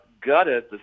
gutted